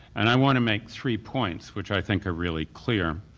and i want to make three points which i think are really clear.